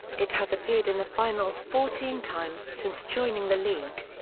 it has appeared in the finals fourteen times since joining the league.